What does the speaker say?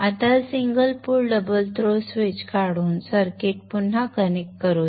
आता हा single pole double throw switch काढून सर्किट पुन्हा कनेक्ट करू या